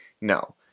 No